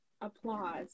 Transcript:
applause